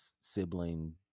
sibling